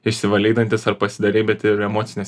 išsivalei dantis ar pasidarei bet ir emocinė